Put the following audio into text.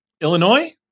Illinois